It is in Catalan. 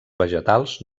vegetals